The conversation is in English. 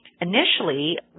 initially